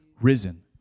risen